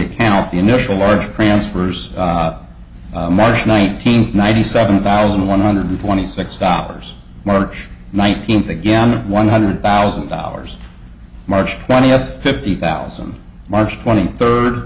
account the initial large transfers nineteen's ninety seven thousand one hundred twenty six dollars march nineteenth again one hundred thousand dollars march twentieth fifty thousand march twenty third